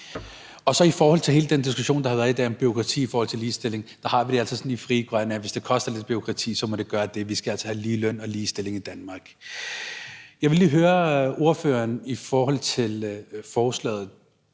for. I forhold til hele den diskussion, der har været i dag om bureaukrati i forhold til ligestilling, har vi det altså sådan i Frie Grønne, at hvis det koster lidt bureaukrati, må det gøre det. Vi skal altså have ligeløn og ligestilling i Danmark. Jeg vil lige høre ordføreren i forhold til forslaget: